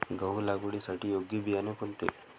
गहू लागवडीसाठी योग्य बियाणे कोणते?